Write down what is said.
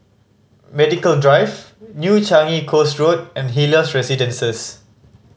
Medical Drive New Changi Coast Road and Helios Residences